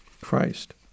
Christ